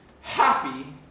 happy